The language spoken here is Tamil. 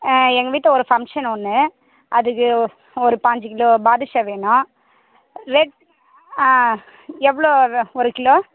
எங்கள் வீட்டில் ஒரு ஃபங்க்ஷன் ஒன்று அதுக்கு ஒரு பதிஞ்சி கிலோ பாதுஷா வேணும் ரேட் ஆ எவ்வளோ வ ஒரு கிலோ